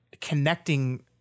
connecting